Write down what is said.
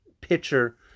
pitcher